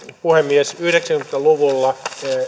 puhemies yhdeksänkymmentä luvulla